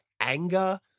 Anger